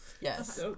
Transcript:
Yes